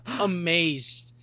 amazed